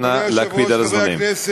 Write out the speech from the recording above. אנא, להקפיד את הזמנים.